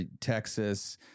Texas